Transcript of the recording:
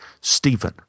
Stephen